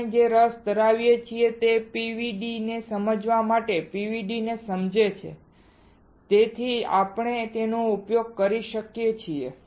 આપણે જે રસ ધરાવીએ છીએ તે PVD ને સમજવા માટે PVD ને સમજે છે જેથી આપણે તેનો ઉપયોગ કરી શકીએ